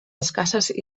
escasses